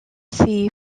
see